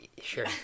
sure